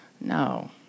No